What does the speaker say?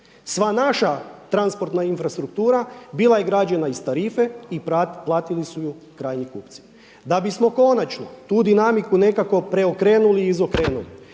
Sva naša transportna infrastruktura bila je građena iz tarife i platili su ju krajnji kupci. Da bismo konačno tu dinamiku nekako preokrenuli i izokrenuli